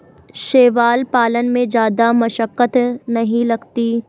शैवाल पालन में जादा मशक्कत नहीं लगती